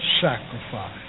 sacrifice